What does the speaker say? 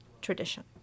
tradition